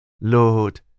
Lord